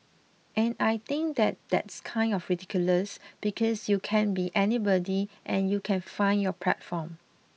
and I think that that's kind of ridiculous because you can be anybody and you can find your platform